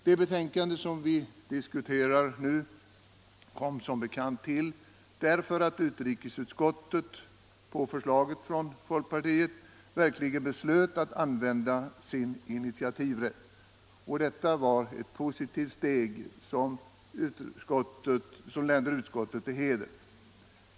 Det betänkande vi nu diskuterar kom som bekant till därför att utrikesutskottet på förslag av folkpartiet beslöt att använda sin initiativrätt. Detta var en positiv åtgärd, som länder utskottet till heder.